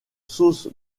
sauce